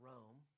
Rome